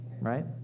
right